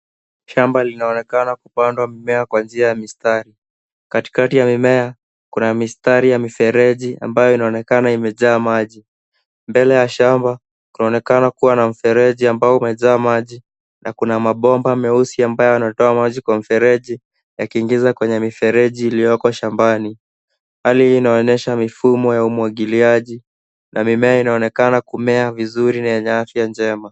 Shamba linaonekana kupandwa mimea kwa njia ya mistari. Katikati ya mimea, kuna mistari ya mifereji ambayo inaonekana imejaa maji. Mbele ya shamba, kunaonekana kuwa na mfereji ambao umejaa maji, na kuna mabomba meusi ambayo yanatoa maji kwa mfereji, yakiingiza kwenye mifereji iliyoko shambani. Hali hii inaonyesha mifumo ya umwagiliaji, na mimea inaonekana kumea vizuri na yenye afya njema.